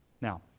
Now